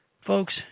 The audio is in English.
Folks